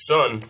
Son